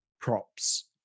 props